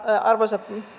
arvoisa